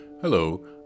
Hello